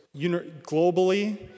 globally